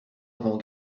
avant